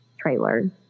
trailer